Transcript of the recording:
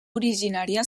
originària